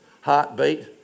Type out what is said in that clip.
heartbeat